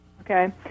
Okay